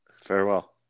Farewell